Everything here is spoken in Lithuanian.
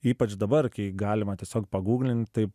ypač dabar kai galima tiesiog paguglint tai